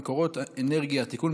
חבר הכנסת מאיר כהן,